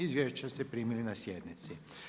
Izvješća ste primili na sjednici.